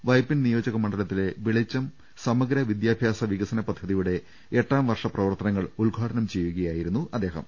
വൈപ്പിൻ നിയോജകമണ്ഡലത്തിലെ വെളിച്ചും സമഗ്ര വിദ്യാഭ്യാസ വികസന പദ്ധതിയുടെ എട്ടാം പ്പർഷ പ്രവർത്തനങ്ങൾ ഉദ്ഘാടനം ചെയ്യു കയായിരുന്നു അദ്ദേഹം